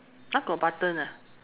!huh! got button ah